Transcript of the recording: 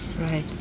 Right